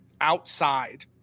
outside